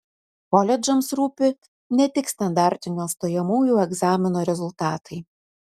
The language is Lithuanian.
koledžams rūpi ne tik standartinio stojamųjų egzamino rezultatai